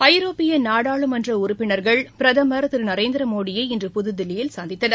ஐரோப்பியநாடாளுமன்றஉறுப்பினர்கள் பிரதமர் திருநரேந்திரமோடியை இன்று புதுதில்லியில் சந்தித்தனர்